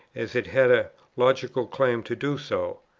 as it had a logical claim to do so.